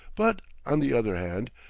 but, on the other hand,